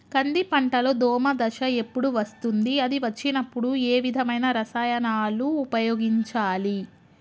కంది పంటలో దోమ దశ ఎప్పుడు వస్తుంది అది వచ్చినప్పుడు ఏ విధమైన రసాయనాలు ఉపయోగించాలి?